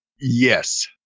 Yes